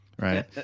right